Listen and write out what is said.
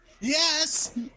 yes